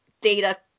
data